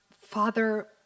father